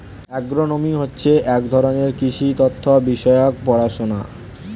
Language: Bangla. অ্যাগ্রোনমি হচ্ছে এক ধরনের কৃষি তথ্য বিষয়ক পড়াশোনা